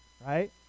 right